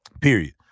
period